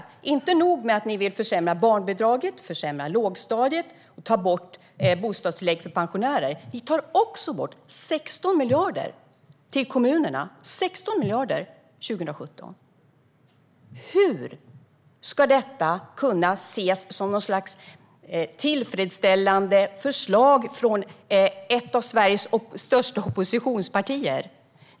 Det är inte nog med att ni vill försämra barnbidraget, försämra lågstadiet och ta bort bostadstillägg för pensionärer. Ni tar också bort 16 miljarder till kommunerna - 16 miljarder 2017. Hur ska detta kunna ses som ett tillfredsställande förslag från ett av Sveriges största oppositionspartier?